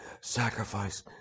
sacrifice